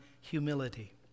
humility